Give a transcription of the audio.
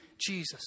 Jesus